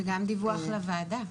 וגם דיווח לוועדה.